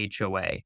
HOA